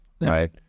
right